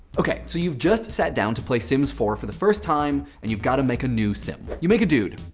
ok, so you've just sat down to play sims four for the first time. and you've got to make a new sim. you make a dude,